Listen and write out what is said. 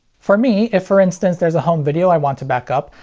for me, if for instance there's a home video i want to back up,